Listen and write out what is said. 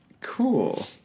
Cool